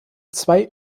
zwei